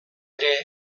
ere